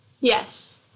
yes